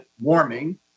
warming